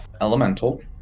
elemental